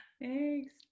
Thanks